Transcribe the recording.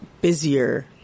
busier